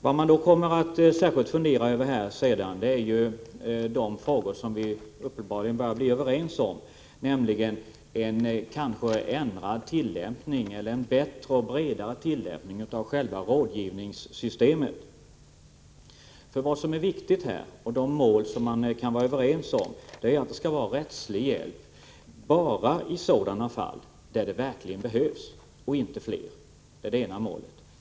Vad man sedan särskilt kommer att fundera över är det som vi uppenbarligen börjar bli överens om, nämligen en annan och kanske bättre och bredare tillämpning av själva rådgivningssystemet. Vad som här är viktigt är de mål som man kan vara överens om. Det ena målet är att det skall vara rättslig hjälp bara i sådana fall där det verkligen behövs -— inte i fler.